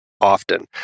Often